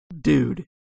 dude